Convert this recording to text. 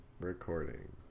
Recording